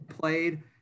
played